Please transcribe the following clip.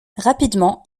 rapidement